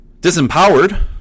Disempowered